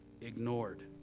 ignored